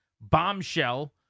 bombshell